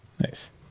Nice